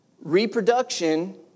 reproduction